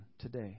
today